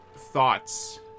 thoughts